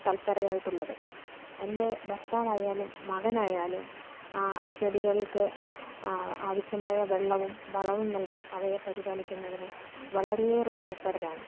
തല്പരരായിട്ടുള്ളത് എൻ്റെ ഭർത്താവായാലും മകനായാലും ആ ചെടികൾക്ക് ആവശ്യമായ വെള്ളവും വളവും നൽകി അവയെ പരിപാലിക്കുന്നതിന് വളരെയേറെ തല്പരരാണ്